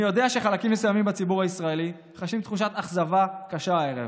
אני יודע שחלקים מסוימים בציבור הישראלי חשים תחושת אכזבה קשה הערב.